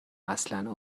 اصلا